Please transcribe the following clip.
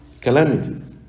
calamities